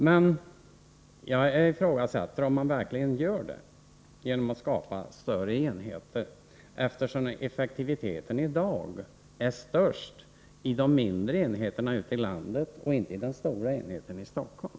Men jag ifrågasätter om man verkligen spar pengar genom att skapa större enheter, eftersom effektiviteten i dag är störst i de mindre enheterna ute i landet och inte i den stora enheten i Stockholm.